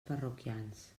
parroquians